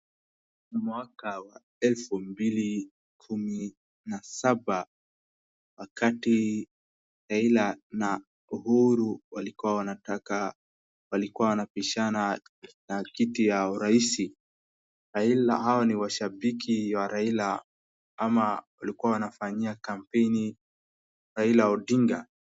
Mwaka wa elfu mbili kumi na saba, wakati Raila na Uhuru walikuwa wanataka, walikuwa wanapishana na kiti ya uraisi. Raila, hao ni washabiki wa Raila ama walikuwa wanafanyia kampeni Raila Odinga.